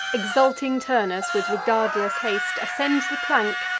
exulting turnus, with regardless haste, ascends the plank,